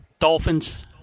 Dolphins